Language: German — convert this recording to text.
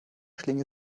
schlinge